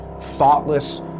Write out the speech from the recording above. thoughtless